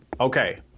okay